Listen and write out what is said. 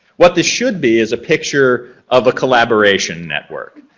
what this should be is a picture of a collaboration network,